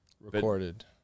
Recorded